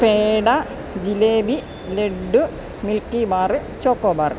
peda jalebi laddu milky bar choco bar